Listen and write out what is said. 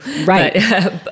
Right